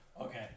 Okay